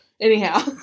Anyhow